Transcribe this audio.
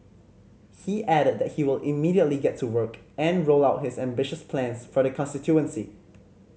he added that he will immediately get to work and roll out his ambitious plans for the constituency